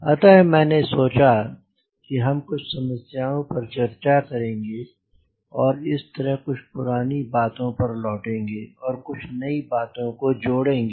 अतः मैंने सोचा कि हम कुछ समस्याओं पर चर्चा करेंगे और इस तरह कुछ पुरानी बातों पर लौटेंगे और कुछ नयी बातों को जोड़ेंगे